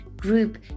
group